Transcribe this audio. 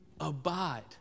abide